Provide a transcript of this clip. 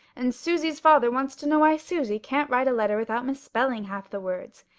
and susy's father wants to know why susy can't write a letter without misspelling half the words,